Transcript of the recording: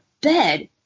bed